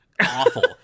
awful